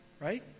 right